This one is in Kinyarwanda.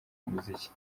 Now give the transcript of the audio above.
umuziki